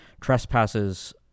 trespasses